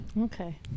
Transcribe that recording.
Okay